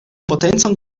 potencon